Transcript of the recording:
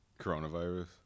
Coronavirus